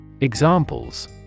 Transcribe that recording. Examples